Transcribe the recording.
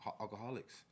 alcoholics